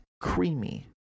creamy